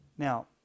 Now